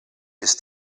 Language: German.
ist